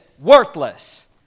worthless